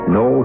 no